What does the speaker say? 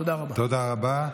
תודה רבה.